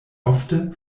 ofte